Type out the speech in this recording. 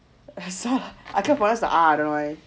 I cannot pronounce the R I don't know why